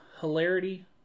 hilarity